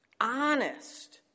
honest